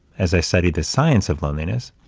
as i studied the science of loneliness,